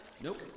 Nope